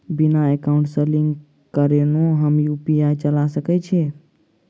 बिना एकाउंट सँ लिंक करौने हम यु.पी.आई चला सकैत छी?